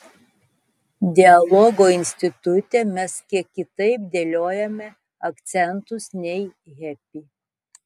dialogo institute mes kiek kitaip dėliojame akcentus nei hepi